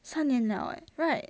三年了 eh right